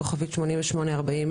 כוכבית 8840,